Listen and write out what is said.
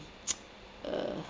uh